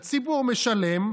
הציבור משלם,